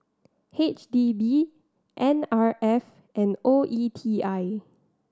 H D B N R F and O E T I